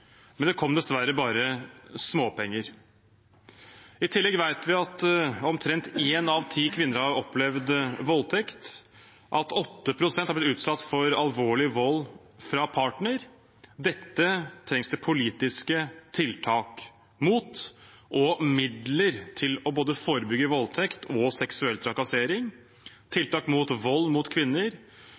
men det kom dessverre bare småpenger. I tillegg vet vi at omtrent én av ti kvinner har opplevd voldtekt, og at 8 pst. har blitt utsatt for alvorlig vold fra partner. Dette trengs det politiske tiltak mot, og midler til å forebygge både voldtekt og seksuell trakassering, tiltak mot vold mot kvinner